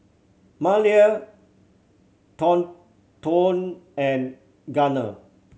Malia Thornton and Gunner